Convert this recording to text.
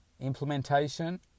implementation